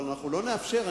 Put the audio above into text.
אבל אנחנו לא נאפשר,